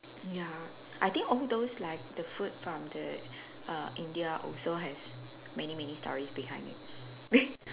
ya I think all those like the food from the err India also has many many stories behind it